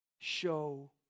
show